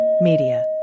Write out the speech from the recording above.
Media